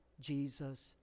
Jesus